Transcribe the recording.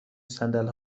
صندل